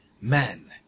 men